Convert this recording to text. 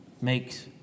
makes